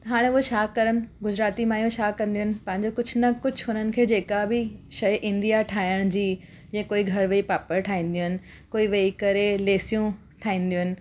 हाणे उहो छा करण गुजराती माइयूं छा कंदियूं आहिनि पंहिंजो कुझु न कुझु हुननि खे जेका बि शइ ईंदी आहे ठाहिण जी या जीअं कोई घरु वेही पापड़ ठाईंदियूं आहिनि कोई वेही करे लेसियूं ठाईंदियूं आहिनि